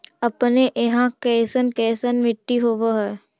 अपने यहाँ कैसन कैसन मिट्टी होब है?